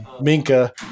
Minka